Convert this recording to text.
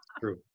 True